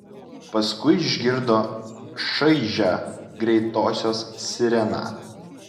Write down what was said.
paskui išgirdo šaižią greitosios sireną